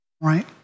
Right